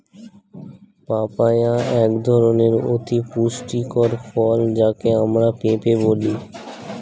papaya এক ধরনের অতি পুষ্টিকর ফল যাকে আমরা পেঁপে বলি